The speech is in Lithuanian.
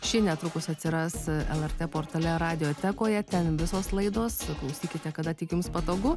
ši netrukus atsiras lrt portale radiotekoje ten visos laidos klausykite kada tik jums patogu